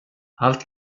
allt